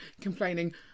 complaining